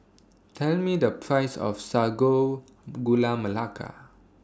Tell Me The Price of Sago Gula Melaka